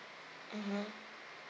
mmhmm